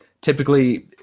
typically